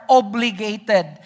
obligated